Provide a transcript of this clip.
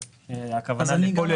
הכוונה היא לפוליו,